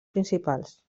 principals